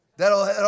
That'll